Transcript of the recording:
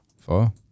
Four